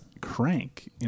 Crank